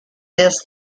this